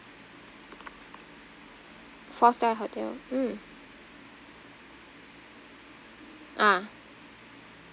four star hotel mm ah